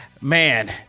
man